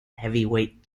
heavyweight